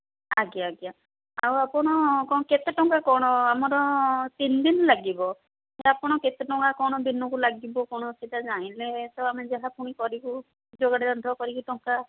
ଆଜ୍ଞା ଆଜ୍ଞା ଆଉ ଆପଣ କ'ଣ କେତେ ଟଙ୍କା କ'ଣ ଆମର ତିନିଦିନ ଲାଗିବ ଯେ ଆପଣ କେତେ ଟଙ୍କା କ'ଣ ଦିନକୁ ଲାଗିବ କ'ଣ ସେଇଟା ଯାଣିଲେ ତ ଆମେ ଯାହା ପୁଣି କରିବୁ ଯୋଗାଡ଼ ଯନ୍ତ୍ର କରିକି ଟଙ୍କା